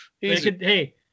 Hey